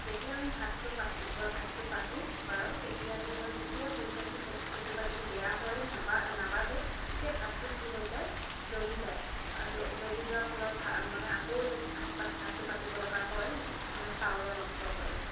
যেতিয়া আমি ভাতটো পাতো বা ভাতটো পাতো কুকাৰত তেতিয়া কি হয় যেতিয়া হুইছেলটো কেতিয়াবা যদি বেয়া হয় নাবাজে তেতিয়া ভাতটো কি হৈ যায় জ্বলি যায় জ্বলি যোৱাৰ ফলত মানে আকৌ যেতিয়া ভাতটো পাতিবলগা হয় মানে চাউলৰ নষ্ট হয়